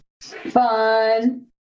fun